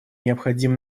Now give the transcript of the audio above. необходим